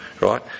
Right